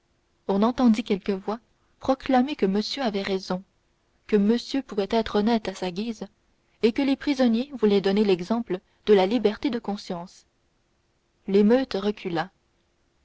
on entendit quelques voix proclamer que monsieur avait raison que monsieur pouvait être honnête à sa guise et que les prisonniers voulaient donner l'exemple de la liberté de conscience l'émeute recula